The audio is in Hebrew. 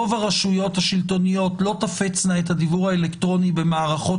רוב הרשויות השלטוניות לא תפצנה את הדיוור האלקטרוני במערכות